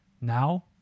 Now